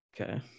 Okay